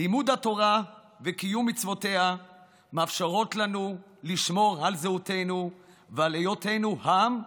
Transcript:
לימוד התורה וקיום מצוותיה מאפשרים לנו לשמור על זהותנו ועל היותנו עם,